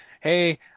hey